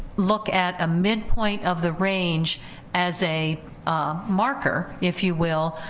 look at a midpoint of the range as a marker, if you will,